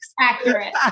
accurate